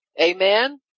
Amen